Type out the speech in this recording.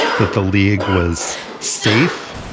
that the league was safe,